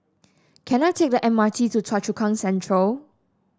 can I take the M R T to Choa Chu Kang Central